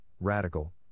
radical